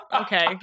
okay